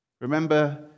Remember